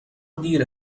دیر